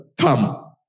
come